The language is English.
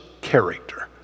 character